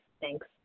Thanks